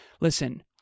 Listen